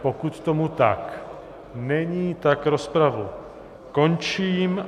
Pokud tomu tak není, tak rozpravu končím.